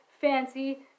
fancy